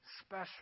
special